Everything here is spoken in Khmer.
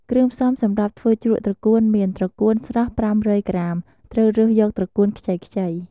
គ្រឿងផ្សំំសម្រាប់ធ្វើជ្រក់ត្រកួនមាន ត្រកួនស្រស់ ៥០០ ក្រាម ត្រូវរើសយកត្រកួនខ្ចីៗ។